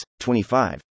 25